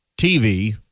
TV